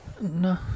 No